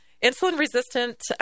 Insulin-resistant